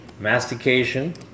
Mastication